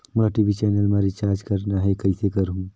मोला TV channel मा recharge करना हे, कइसे करहुँ?